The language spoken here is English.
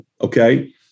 Okay